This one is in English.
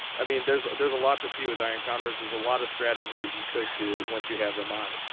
i mean there's a there's a lot to see with iron condors is a lot of strategies that you could. do once you have them on.